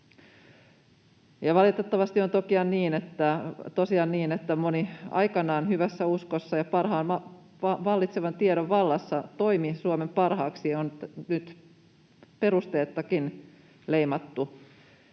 valitettavasti on tosiaan niin, että moni aikanaan hyvässä uskossa ja parhaan vallitsevan tiedon vallassa Suomen parhaaksi toiminut on nyt perusteettakin leimattu